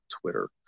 Twitter